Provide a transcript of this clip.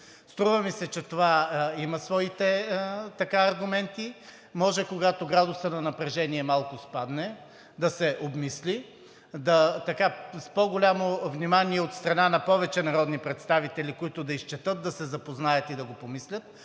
Струва ми се, че това има своите аргументи. Може, когато градусът на напрежение малко спадне, да се обмисли с по-голямо внимание от страна на повече народни представители, които да го изчетат, да се запознаят и да го помислят.